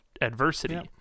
adversity